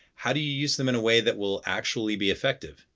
how do you use them in a way that will actually be effective?